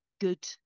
good